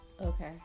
Okay